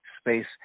space